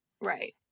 right